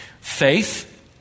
faith